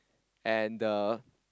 and the